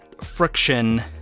friction